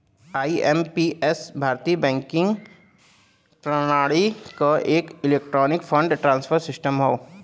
IMPS भारतीय banking प्रणाली क एक इलेक्ट्रॉनिक फंड ट्रांसफर सिस्टम हौ